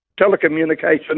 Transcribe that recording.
telecommunication